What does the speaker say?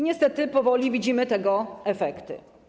Niestety powoli widzimy tego efekty.